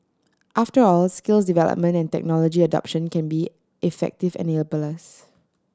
after all skills development and technology adoption can be effective enablers